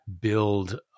build